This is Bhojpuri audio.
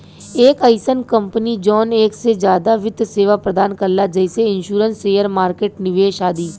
एक अइसन कंपनी जौन एक से जादा वित्त सेवा प्रदान करला जैसे इन्शुरन्स शेयर मार्केट निवेश आदि